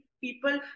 people